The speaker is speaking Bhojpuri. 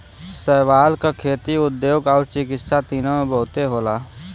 शैवाल क खेती, उद्योग आउर चिकित्सा तीनों में बहुते होला